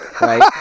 right